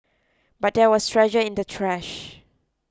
but there was treasure in the trash